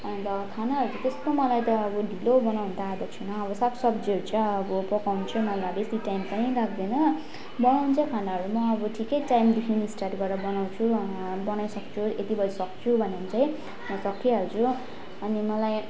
अन्त खानाहरू त्यस्तो मलाई त अब ढिलो बनाउने आदत छैन अब साग सब्जीहरू चाहिँ अब पकाउनु चाहिँ मलाई बेसी टाइम पनि लाग्दैन बनाउनु चाहिँ खानाहरू म अब ठिकै टाइमदेखि स्टार्ट गरेर बनाउँछु बनाइसक्छु यति बजी सक्छु भन्यो भने चाहिँ सकिहाल्छु अनि मलाई